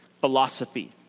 philosophy